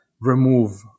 remove